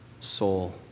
soul